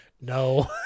No